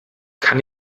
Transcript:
kann